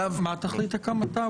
מה תכלית הקמתה?